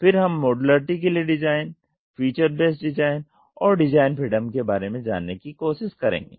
फिर हम मॉड्युलैरिटी के लिए डिज़ाइन फ़ीचर बेस्ड डिज़ाइन और डिज़ाइन फ़्रीडम के बारे में जानने की कोशिश करेंगे